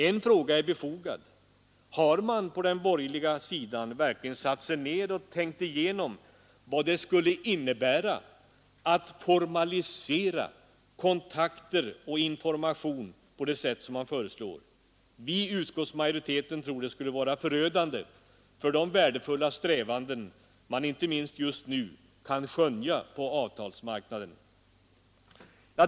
En fråga är befogad: Har man på den borgerliga sidan verkligen satt sig ned och tänkt igenom vad det skulle innebära att formalisera kontakter och information på det sätt som man föreslår? Vi i utskottsmajoriteten tror det skulle vara förödande för de värdefulla strävanden vi — inte minst just nu — kan skönja på avtalsmarknaden.